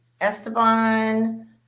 Esteban